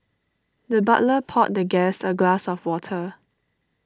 the butler poured the guest a glass of water